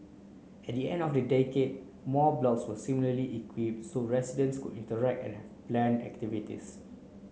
at the end of the decade more blocks were similarly equipped so residents could interact and have planned activities